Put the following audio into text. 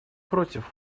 против